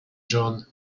john